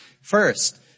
First